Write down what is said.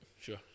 Sure